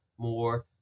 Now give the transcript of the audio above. more